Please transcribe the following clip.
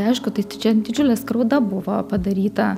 aišku tai tai čia didžiulė skriauda buvo padaryta